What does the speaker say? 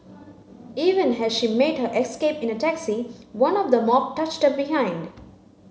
even as she made her escape in a taxi one of the mob touched her behind